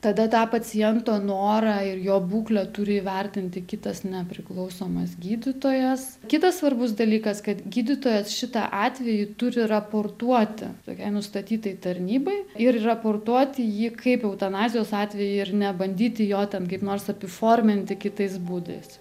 tada tą paciento norą ir jo būklę turi įvertinti kitas nepriklausomas gydytojas kitas svarbus dalykas kad gydytojas šitą atvejį turi raportuoti tokiai nustatytai tarnybai ir raportuoti jį kaip eutanazijos atvejį ir nebandyti jo ten kaip nors apiforminti kitais būdais